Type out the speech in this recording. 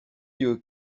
you